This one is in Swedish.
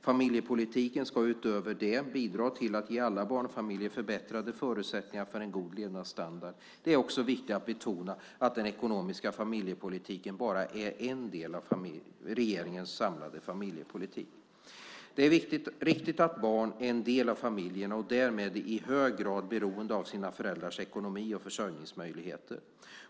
Familjepolitiken ska utöver det bidra till att ge alla barnfamiljer förbättrade förutsättningar för en god levnadsstandard. Det är också viktigt att betona att den ekonomiska familjepolitiken bara är en del av regeringens samlade familjepolitik. Det är riktigt att barn är en del av familjerna och därmed i hög grad beroende av sina föräldrars ekonomi och försörjningsmöjligheter.